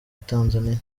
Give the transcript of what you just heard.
tanzania